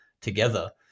together